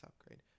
upgrade